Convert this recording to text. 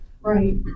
right